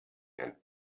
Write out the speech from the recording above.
and